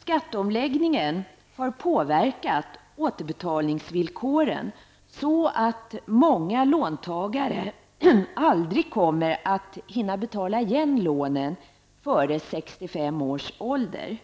Skatteomläggningen har påverkat återbetalningsvillkoren, så att många låntagare aldrig kommer att hinna betala igen lånen före 65 års ålder.